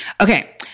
Okay